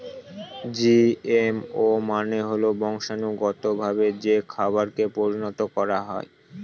GMO মানে হল বংশানুগতভাবে যে খাবারকে পরিণত করা হয়